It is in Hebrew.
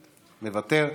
מוותר,